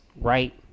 right